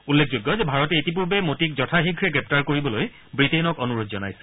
উল্লেখযোগ্য যে ভাৰতে ইতিপূৰ্বে মতিক যথাশীঘ্ৰে গ্ৰেপ্তাৰ কৰিবলৈ ৱিটেইনক অনুৰোধ জনাইছিল